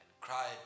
cry